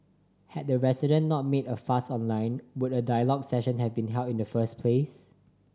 had the resident not made a fuss online would a dialogue session have been held in the first place